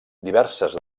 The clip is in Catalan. diverses